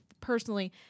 personally